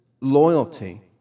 loyalty